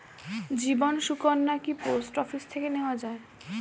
জীবন সুকন্যা কি post office থেকে নেওয়া যায়?